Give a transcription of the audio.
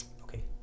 Okay